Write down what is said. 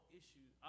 issues